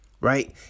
Right